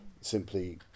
simply